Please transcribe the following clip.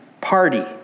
party